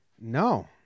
No